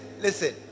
listen